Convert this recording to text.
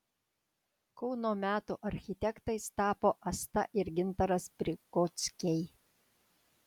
kauno metų architektais tapo asta ir gintaras prikockiai